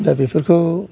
दा बेफोरखौ